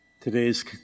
Today's